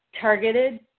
targeted